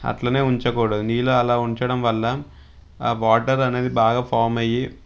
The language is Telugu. అట్లనే ఉంచకూడదు నీళ్ళు అలా ఉంచడం వల్ల ఆ బార్డర్ అనేది బాగా ఫామ్ అయి